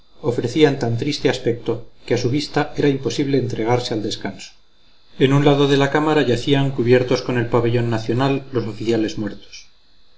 ofrecían tan triste aspecto que a su vista era imposible entregarse al descanso en un lado de la cámara yacían cubiertos con el pabellón nacional los oficiales muertos